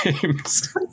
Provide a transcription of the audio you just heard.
games